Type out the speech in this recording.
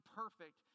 perfect